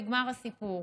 נגמר הסיפור,